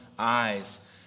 Eyes